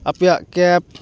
ᱟᱯᱮᱭᱟᱜ ᱠᱮᱯ